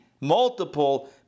multiple